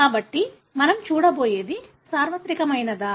కాబట్టి మనం చూడబోయేది సార్వత్రికమైనదా